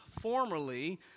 formerly